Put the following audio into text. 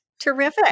Terrific